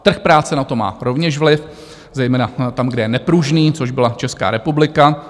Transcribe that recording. Trh práce na to má rovněž vliv zejména tam, kde je nepružný, což byla Česká republika.